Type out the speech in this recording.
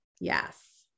Yes